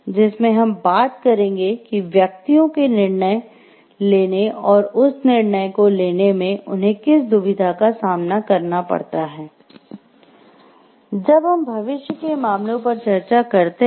जिसमें हम बात करेंगे कि व्यक्तियों के निर्णय लेने और उस निर्णय को लेने में उन्हें किस दुविधा का सामना करना पड़ता है जब हम भविष्य के मामलों पर चर्चा करते हैं